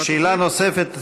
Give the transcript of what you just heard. שאלה נוספת,